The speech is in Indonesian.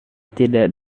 tidak